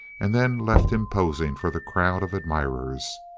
and then left him posing for the crowd of admirers.